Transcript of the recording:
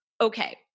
Okay